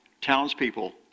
townspeople